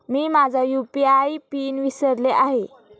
मी माझा UPI PIN विसरले आहे